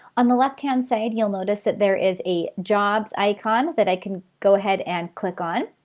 on the left-hand side you'll notice that there is a jobs icon that i can go ahead and click on.